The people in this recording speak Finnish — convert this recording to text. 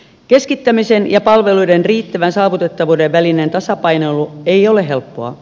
keskittämisen ja palveluiden riittävän saavutettavuuden välinen tasapainoilu ei ole helppoa